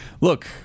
look